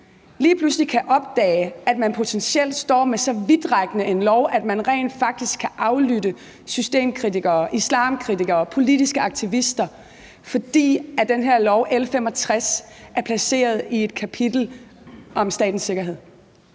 lige pludselig kan opdage, at man potentielt står med så vidtrækkende en lov, at man rent faktisk kan aflytte systemkritikere, islamkritikere, politiske aktivister, fordi den her lov, L 65, er placeret i et kapitel om statens sikkerhed?